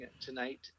tonight